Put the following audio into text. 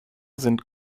sind